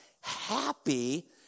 happy